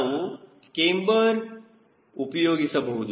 ನಾವು ಕ್ಯಾಮ್ಬರ್ಉಪಯೋಗಿಸಬಹುದು